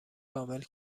کامل